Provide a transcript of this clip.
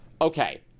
Okay